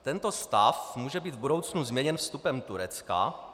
Tento stav může být v budoucnu změněn vstupem Turecka.